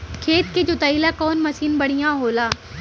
खेत के जोतईला कवन मसीन बढ़ियां होला?